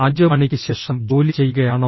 5 മണിക്ക് ശേഷം ജോലി ചെയ്യുകയാണോ